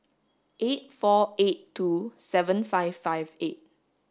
eight four eight two seven five five eight